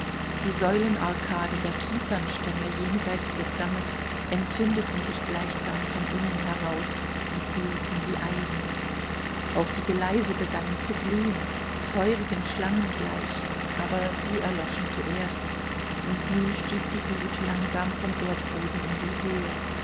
die säulenarkaden der kiefernstämme jenseit des dammes entzündeten sich gleichsam von innen heraus und glühten wie eisen auch die geleise begannen zu glühen feurigen schlangen gleich aber sie erloschen zuerst und nun stieg die glut langsam vom erdboden in die höhe